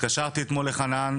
התקשרתי אתמול לחנן,